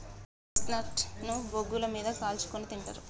chestnut ను బొగ్గుల మీద కాల్చుకుని తింటారు